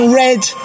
red